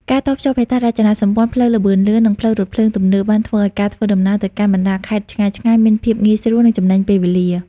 ការតភ្ជាប់ហេដ្ឋារចនាសម្ព័ន្ធផ្លូវល្បឿនលឿន និងផ្លូវរថភ្លើងទំនើប នឹងធ្វើឱ្យការធ្វើដំណើរទៅកាន់បណ្តាខេត្តឆ្ងាយៗមានភាពងាយស្រួល និងចំណេញពេលវេលា។